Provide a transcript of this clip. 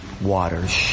waters